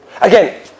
Again